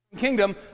kingdom